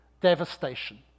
devastation